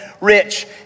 rich